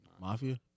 Mafia